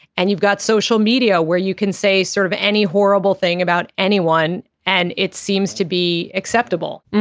and you've got social media where you can say sort of any horrible thing about anyone. and it seems to be acceptable.